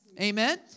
amen